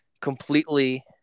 completely